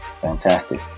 fantastic